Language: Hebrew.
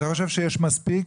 אתה חושב שיש מספיק